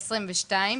ב-2022,